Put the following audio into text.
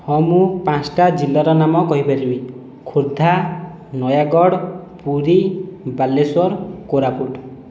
ହଁ ମୁଁ ପାଞ୍ଚଟା ଜିଲ୍ଲାର ନାମ କହିପାରିବି ଖୋର୍ଦ୍ଧା ନୟାଗଡ଼ ପୁରୀ ବାଲେଶ୍ୱର କୋରାପୁଟ